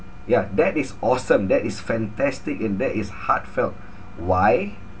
yeah that is awesome that is fantastic and that is heartfelt why